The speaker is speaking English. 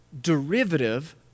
derivative